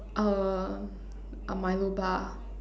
err a Milo bar